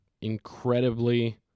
incredibly